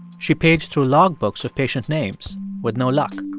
she paged through logbooks of patient names with no luck.